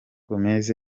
gomez